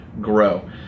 grow